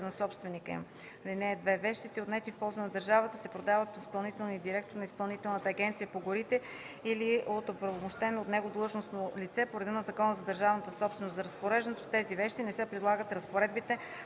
на собственика им. (2) Вещите, отнети в полза на държавата, се продават от изпълнителния директор на Изпълнителната агенция по горите или от оправомощено от него длъжностно лице по реда на Закона за държавната собственост. За разпореждането с тези вещи не се прилагат разпоредбите